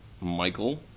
Michael